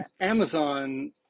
Amazon